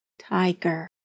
Tiger